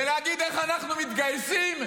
ולהגיד: איך אנחנו מתגייסים,